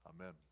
Amen